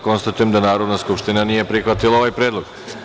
Konstatujem da Narodna skupština nije prihvatila ovaj predlog.